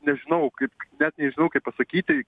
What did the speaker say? nežinau kaip net nežinau kaip pasakyti